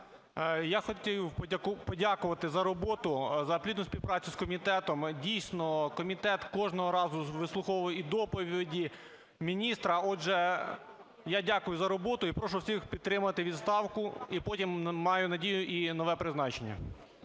Я хотів подякувати за роботу, за плідну співпрацю з комітетом. Дійсно, комітет кожного разу вислуховує і доповіді міністра. Отже, я дякую за роботу. І прошу всіх підтримати відставку, і потім маю надію і на нове призначення.